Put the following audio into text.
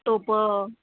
टोपं